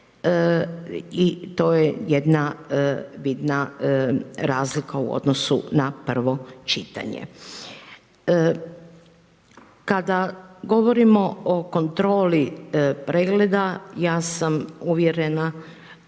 i to je jedna bitna razlika u odnosu na prvo čitanje. Kada govorimo o kontroli pregleda, ja sam uvjerena